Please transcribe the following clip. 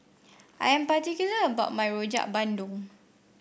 I am particular about my Rojak Bandung